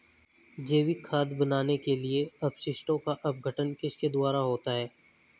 जैविक खाद बनाने के लिए अपशिष्टों का अपघटन किसके द्वारा होता है?